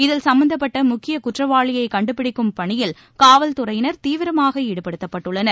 இதில் சும்பந்தப்பட்ட முக்கிய குற்றவாளியை கண்டுபிடிக்கும் பணியில் காவல்துறையினர் தீவிரமாக ஈடுபட்டுள்ளனர்